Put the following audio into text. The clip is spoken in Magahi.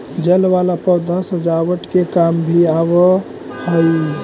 जल वाला पौधा सजावट के काम भी आवऽ हई